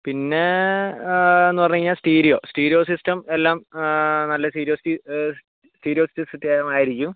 പിന്നെ എന്ന് പറഞ്ഞു കഴിഞ്ഞാൽ സ്റ്റീരിയോ സ്റ്റീരിയോ സിസ്റ്റം എല്ലാം നല്ല ആയിരിക്കും